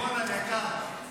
רון היקר,